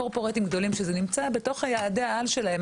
קורפורייטים גדולים שזה נמצא בתוך יעדי העל שלהם,